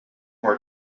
were